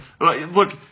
Look